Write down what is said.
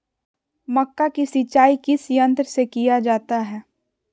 मक्का की सिंचाई किस यंत्र से किया जाता है?